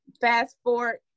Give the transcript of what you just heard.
fast-forward